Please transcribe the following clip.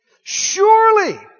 Surely